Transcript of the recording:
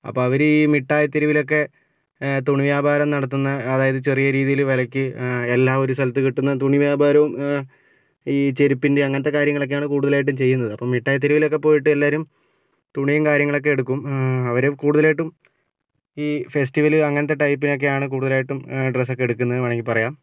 അപ്പം അവരീ മിട്ടായി തെരുവിലൊക്കേ തുണി വ്യാപാരം നടത്തുന്ന അതായത് ചെറിയ രീതിയില് വിലയ്ക്ക് എല്ലാം ഒരു സ്ഥലത്ത് കിട്ടുന്ന തുണി വ്യാപാരവും ഈ ചെരുപ്പിന്റെ അങ്ങനത്തേ കാര്യങ്ങളൊക്കെയാണ് കൂടുതലായിട്ടും ചെയ്യുന്നത് മിട്ടായി തെരുവിലൊക്കേ പോയിട്ട് എല്ലാവരും തുണിയും കാര്യങ്ങളൊക്കേ എടുക്കും അവര് കൂടുതലായിട്ടും ഈ ഫെസ്റ്റിവല് അങ്ങനത്തേ ടൈപ്പിനൊക്കെയാണ് കൂടുതലായിട്ടും ഡ്രസ്സ് ഒക്കേ എടുക്കുന്നത് വേണമെങ്കിൽ പറയാം